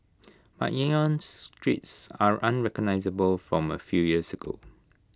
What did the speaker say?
but Yangon's streets are unrecognisable from A few years ago